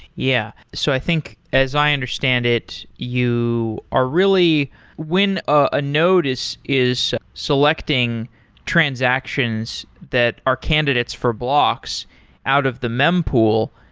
yeah. so i think as i understand it, you are really when a node is is selecting transactions that are candidates for blocks out of the mempool,